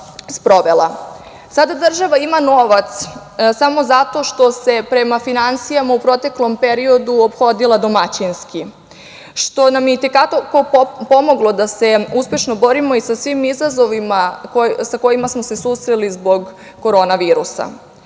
država ima novac samo zato što se prema finansijama u proteklom periodu ophodila domaćinski, što nam je i te kako pomoglo da se uspešno borimo sa svim izazovima sa kojima smo se susreli zbog korona virusa.